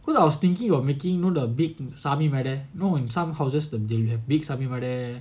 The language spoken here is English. cause I was thinking about making you know the big sammie videh know in some houses they have big sammie videh